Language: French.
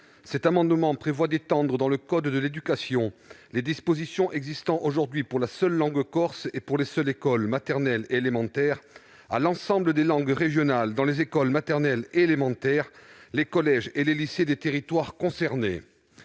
Cet amendement vise à étendre, au sein du code de l'éducation, les dispositions existant aujourd'hui pour la seule langue corse et pour les seules écoles maternelles et élémentaires, à l'ensemble des langues régionales et dans les écoles maternelles et élémentaires, les collèges et les lycées des territoires concernés.